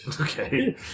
Okay